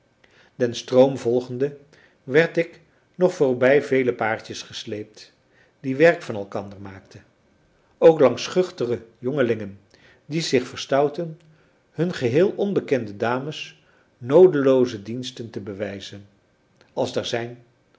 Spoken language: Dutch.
den stroom volgende werd ik nog voorbij vele paartjes gesleept die werk van elkander maakten ook langs schuchtere jongelingen die zich verstoutten hun geheel onbekende dames noodelooze diensten te bewijzen als daar zijn